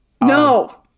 No